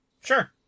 Sure